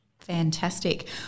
Fantastic